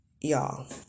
Y'all